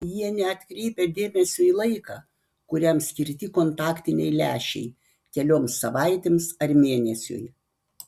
jie neatkreipia dėmesio į laiką kuriam skirti kontaktiniai lęšiai kelioms savaitėms ar mėnesiui